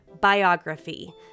biography